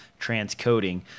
transcoding